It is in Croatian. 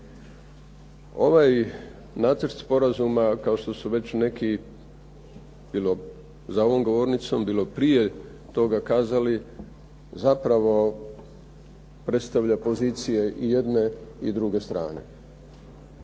Ovaj nacrt sporazuma kao što su već neki, bilo za ovom govornicom, bilo prije toga kazali zapravo predstavlja pozicije i jedne i druge strane.